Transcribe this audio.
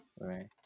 Right